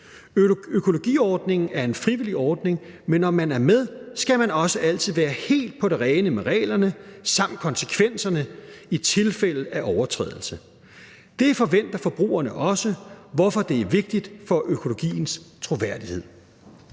Økologiforordningen er en frivillig ordning, men når man er med, skal man også altid være helt på det rene med reglerne samt konsekvenserne i tilfælde af overtrædelse. Det forventer forbrugerne også, hvorfor det er vigtigt for økologiens troværdighed.